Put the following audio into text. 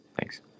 thanks